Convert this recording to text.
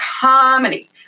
comedy